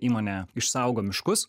įmonė išsaugo miškus